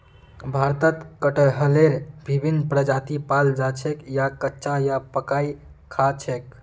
भारतत कटहलेर विभिन्न प्रजाति पाल जा छेक याक कच्चा या पकइ खा छेक